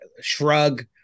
Shrug